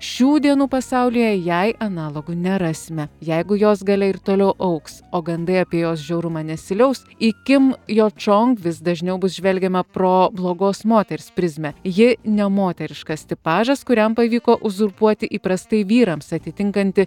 šių dienų pasaulyje jai analogų nerasime jeigu jos galia ir toliau augs o gandai apie jos žiaurumą nesiliaus į kim jo čong vis dažniau bus žvelgiama pro blogos moters prizmę ji ne moteriškas tipažas kuriam pavyko uzurpuoti įprastai vyrams atitinkantį